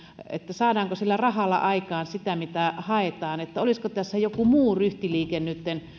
saadaanko sillä rahalla aikaan sitä mitä haetaan vai olisiko tässä jokin muu ryhtiliike nytten